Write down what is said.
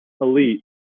Elite